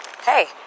Hey